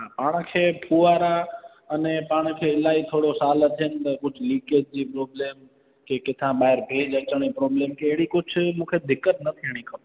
हा पाण खे फुआरा अने पाण खे इलाही थोरो साल थेअनि त कुझु लीकेज जी प्रॉब्लम के किथां ॿाहिरि तेज़ु अचण जी प्रॉब्लम केॾी कुझु मूंखे दिक़त न थियणी खपे